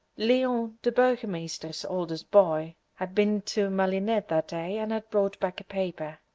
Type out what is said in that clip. leon, the burgomeister's oldest boy, had been to malines that day and had brought back a paper.